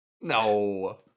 No